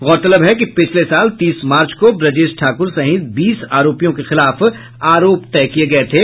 गौरतलब है कि पिछले साल तीस मार्च को ब्रजेश ठाकुर सहित बीस आरोपियों के खिलाफ आरोप तय किए गये थे